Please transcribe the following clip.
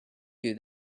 you